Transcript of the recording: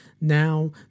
now